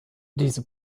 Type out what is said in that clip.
diese